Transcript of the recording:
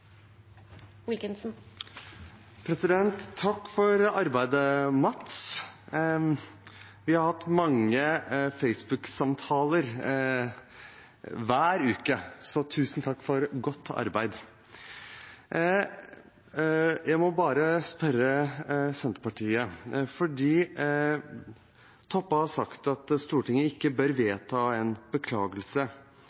Takk for arbeidet, Mats! Vi har hatt mange Facebook-samtaler hver uke. Så tusen takk for godt arbeid! Jeg må bare spørre Senterpartiet: Representanten Toppe har sagt at Stortinget ikke bør